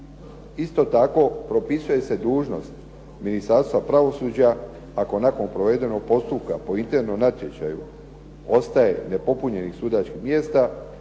Isto tako propisuje se dužnost Ministarstva pravosuđa ako nakon provedenog postupka po internom natječaju ostaje nepopunjenih sudačkih mjesta,